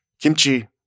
kimchi